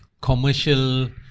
commercial